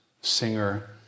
singer